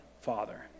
father